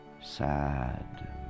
Sad